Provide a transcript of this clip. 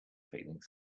feelings